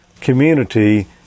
community